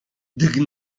gdy